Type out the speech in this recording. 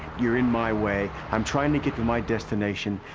you're in my way. i'm trying to get to my destination.